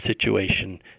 situation